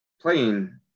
playing